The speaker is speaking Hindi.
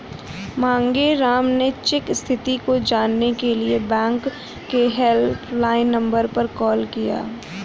मांगेराम ने चेक स्थिति को जानने के लिए बैंक के हेल्पलाइन नंबर पर कॉल किया